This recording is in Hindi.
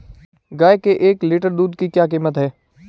गाय के एक लीटर दूध की क्या कीमत है?